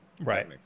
right